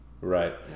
Right